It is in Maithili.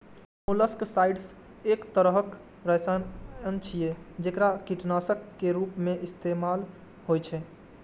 मोलस्कसाइड्स एक तरहक रसायन छियै, जेकरा कीटनाशक के रूप मे इस्तेमाल होइ छै